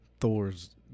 Thor's